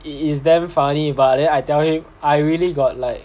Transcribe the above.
it is damn funny but then I tell you I really got like